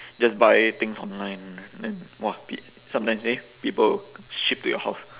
just buy things online then !wah! peo~ sometimes eh people will ship to your house